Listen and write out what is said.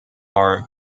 are